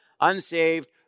unsaved